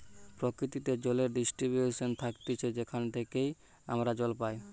প্রকৃতিতে জলের ডিস্ট্রিবিউশন থাকতিছে যেখান থেইকে আমরা জল পাই